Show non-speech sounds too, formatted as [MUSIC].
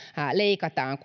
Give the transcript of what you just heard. leikataan [UNINTELLIGIBLE]